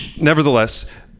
Nevertheless